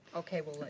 okay well.